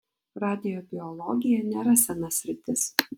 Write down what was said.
radiobiologija nėra sena sritis